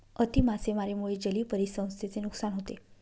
अति मासेमारीमुळे जलीय परिसंस्थेचे नुकसान होते